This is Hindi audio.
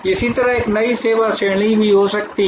इसी तरह एक नई सेवा श्रेणी भी हो सकती है